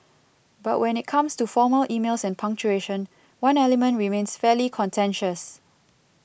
but when it comes to formal emails and punctuation one element remains fairly contentious